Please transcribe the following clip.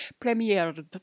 Premiered